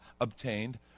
obtained